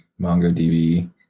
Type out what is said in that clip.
MongoDB